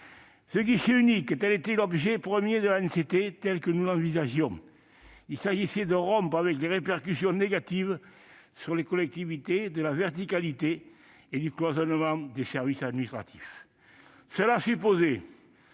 de guichet unique. Tel était l'objet premier de l'ANCT, tel que nous l'envisagions. Il s'agissait de rompre avec les répercussions négatives sur les collectivités de la verticalité et du cloisonnement des services administratifs. Cela supposait